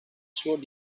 sword